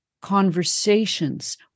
conversations